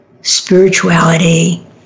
spirituality